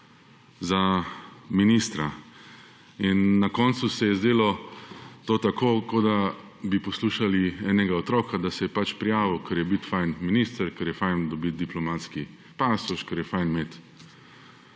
za ministra. Na koncu se je zdelo to tako kot, da bi poslušali enega otroka, da se je pač prijavil, ker je biti fajn minister, ker je fajn dobiti diplomatski pasoš, ker je fajn imeti